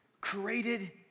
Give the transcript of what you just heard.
created